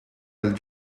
del